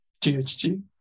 GHG